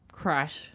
crash